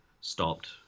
stopped